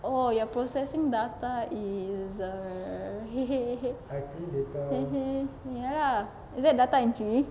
oh you are processing data is err ya lah is that data entry